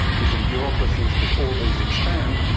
different bureaucracies, because all these expand,